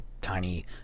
tiny